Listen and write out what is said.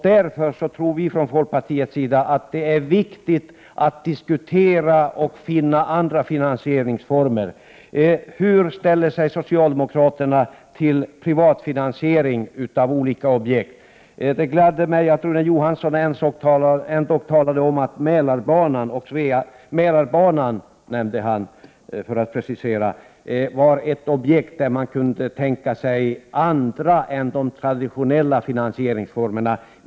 Därför tror vi från folkpartiet att det är viktigt att finna andra finansieringsformer. Hur ställer sig socialdemokraterna till privat finansiering av olika objekt? Det gladde mig att Rune Johansson sade att Mälarbanan var ett objekt där man kunde tänka sig andra än de traditionella finanseringsformerna.